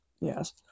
yes